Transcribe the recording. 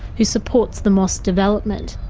who supports the mosque development.